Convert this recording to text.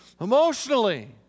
emotionally